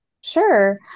Sure